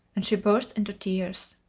and she burst into tears.